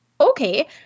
Okay